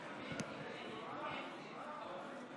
לא רוצה.